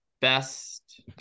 best –